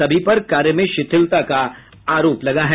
सभी पर कार्य में शिथिलता का आरोप है